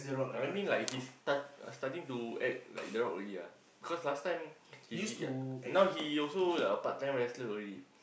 I mean like his start starting to act like the rock already ah because last time he he yeah now he also part time wrestler already